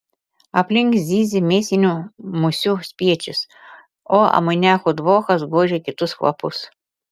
aplink zyzė mėsinių musių spiečius o amoniako dvokas gožė kitus kvapus